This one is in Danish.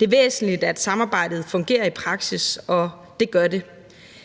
Det er væsentligt, at samarbejdet fungerer i praksis, og det gør det.